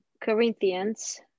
Corinthians